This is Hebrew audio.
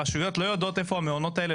הרשויות לא יודעות איפה המעונות האלה,